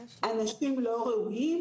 אנשים לא ראויים?